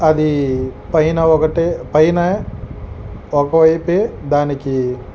అదీ పైన ఒకటి పైనా ఒకవైపే దానికి